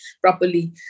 properly